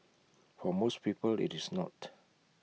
for most people IT is not